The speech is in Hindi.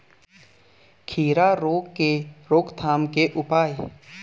खीरा रोग के रोकथाम के उपाय?